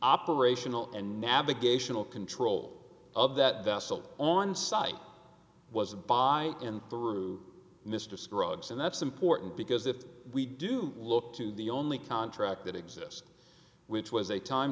operational and navigational control of that vessel on site was a buy in through mr scruggs and that's important because if we do look to the only contract that exist which was a time